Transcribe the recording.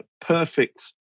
perfect